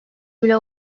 bile